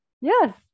Yes